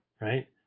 right